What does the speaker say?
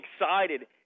excited